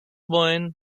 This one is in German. wollen